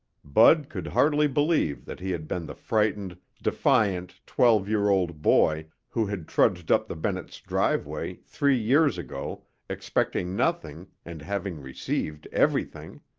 bud could hardly believe that he had been the frightened, defiant twelve-year-old boy who had trudged up the bennetts' driveway three years ago expecting nothing and having received everything.